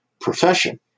profession